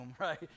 right